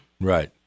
right